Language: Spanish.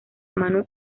mano